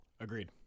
Agreed